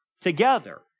together